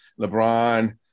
LeBron